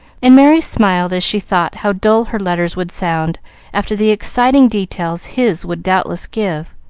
and merry smiled as she thought how dull her letters would sound after the exciting details his would doubtless give.